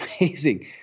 amazing